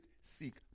seek